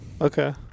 okay